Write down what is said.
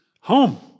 home